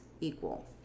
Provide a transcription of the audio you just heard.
equal